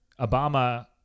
Obama